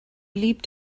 leapt